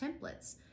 templates